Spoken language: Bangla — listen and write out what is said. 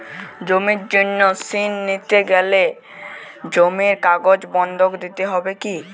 জমির জন্য ঋন নিতে গেলে জমির কাগজ বন্ধক দিতে হবে কি?